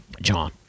John